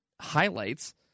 highlights